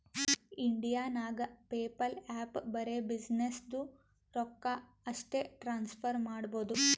India ನಾಗ್ PayPal app ಬರೆ ಬಿಸಿನ್ನೆಸ್ದು ರೊಕ್ಕಾ ಅಷ್ಟೇ ಟ್ರಾನ್ಸಫರ್ ಮಾಡಬೋದು